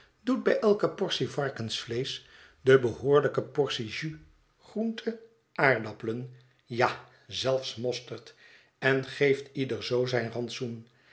doet bij elke portie varkensvleesch de behoorlijke portie jus groente aardappelen ja zelfs mosterd en geeft ieder zoo zijn rantsoen